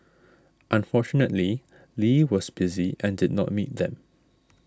unfortunately Lee was busy and did not meet them